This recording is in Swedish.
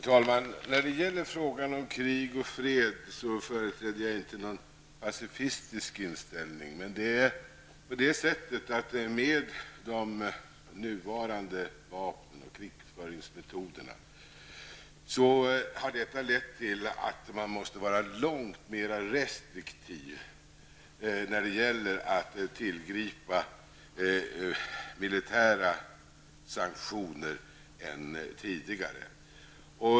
Herr talman! I frågan om krig och fred företräder jag inte någon pacifistisk inställning, men de nuvarande vapnen och krigföringsmetoderna har lett till att man måste vara långt mera restriktiv än tidigare med att tillgripa militära sanktioner.